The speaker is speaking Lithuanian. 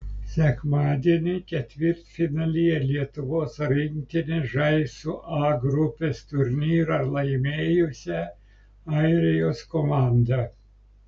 sekmadienį ketvirtfinalyje lietuvos rinktinė žais su a grupės turnyrą laimėjusia airijos komanda